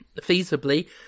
feasibly